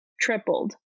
tripled